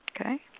okay